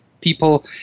people